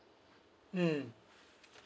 mm